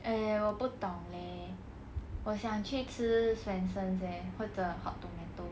!aiya! 我不懂 leh 我想去吃 swensen's eh 或者 hot tomato